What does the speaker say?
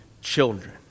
children